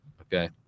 Okay